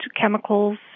chemicals